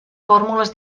fórmules